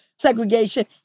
segregation